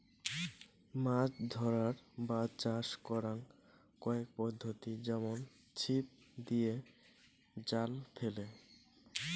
মাছ ধরার বা চাষ করাং কয়েক পদ্ধতি যেমন ছিপ দিয়ে, জাল ফেলে